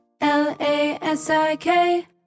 L-A-S-I-K